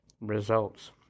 results